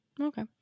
okay